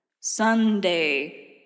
Sunday